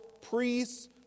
priests